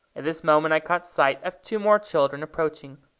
this moment i caught sight of two more children approaching.